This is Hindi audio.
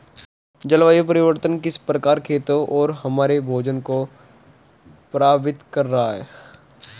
जलवायु परिवर्तन किस प्रकार खेतों और हमारे भोजन को प्रभावित कर रहा है?